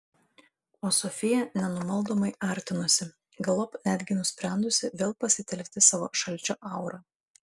o sofija nenumaldomai artinosi galop netgi nusprendusi vėl pasitelkti savo šalčio aurą